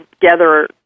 together